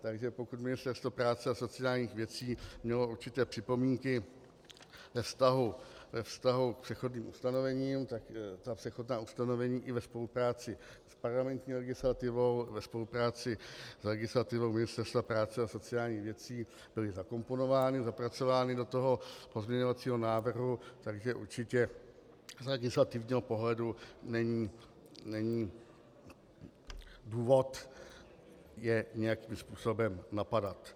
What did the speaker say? Takže pokud Ministerstvo práce a sociálních věcí mělo určité připomínky ve vztahu k přechodným ustanovením, tak přechodná ustanovení i ve spolupráci s parlamentní legislativou a ve spolupráci s legislativou Ministerstva práce a sociálních věcí byla zakomponována a zapracována do pozměňovacího návrhu, takže určitě z legislativního pohledu není důvod je nějakým způsobem napadat.